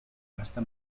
gasta